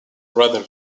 rather